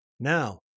Now